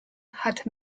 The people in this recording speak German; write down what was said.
hat